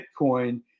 Bitcoin